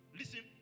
listen